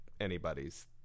anybody's